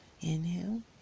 Inhale